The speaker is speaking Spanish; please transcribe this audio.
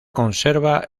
conserva